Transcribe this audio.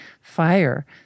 fire